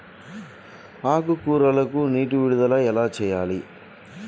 ఆకుకూరలకు నీటి విడుదల ఎలా చేయాలి?